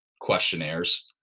questionnaires